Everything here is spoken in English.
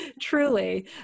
Truly